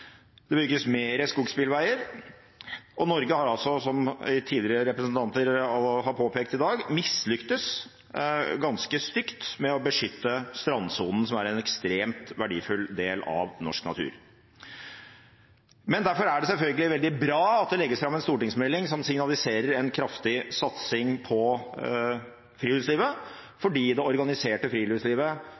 det bygges mer skogsbilveier, og Norge har altså, som tidligere representanter i dag har påpekt, mislyktes ganske stygt i å beskytte strandsonen, som er en ekstremt verdifull del av norsk natur. Derfor er det selvfølgelig veldig bra at det legges fram en stortingsmelding som signaliserer en kraftig satsing på friluftslivet, fordi det organiserte friluftslivet